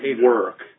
work